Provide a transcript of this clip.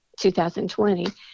2020